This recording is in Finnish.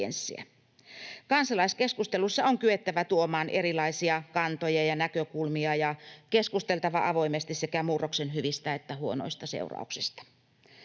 Kansalaiskeskustelussa on kyettävä tuomaan erilaisia kantoja ja näkökulmia ja keskusteltava avoimesti sekä murroksen hyvistä että huonoista seurauksista.